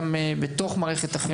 צריך לפעול גם בתוך מערכת החינוך,